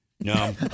No